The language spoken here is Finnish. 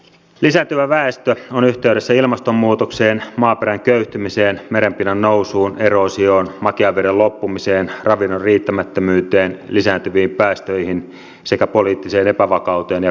lisääntyvä väestö on yhteydessä ilmastonmuutokseen maaperän köyhtymiseen merenpinnan nousuun eroosioon makean veden loppumiseen ravinnon riittämättömyyteen lisääntyviin päästöihin sekä poliittiseen epävakauteen ja konflikteihin